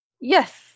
Yes